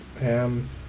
Pam